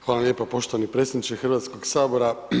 Hvala vam lijepa poštovani predsjedniče Hrvatskog sabora.